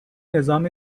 نظام